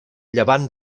llevant